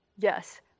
Yes